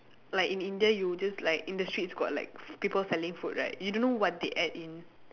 like in India you just like in the streets got like f~ people selling food right you don't know what they add in